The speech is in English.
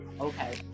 Okay